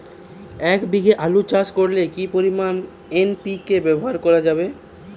এক বিঘে আলু চাষ করলে কি পরিমাণ এন.পি.কে ব্যবহার করা যাবে?